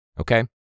okay